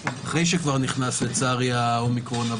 אחרי שכבר נכנס לצערי האומיקרון,